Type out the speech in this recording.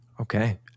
Okay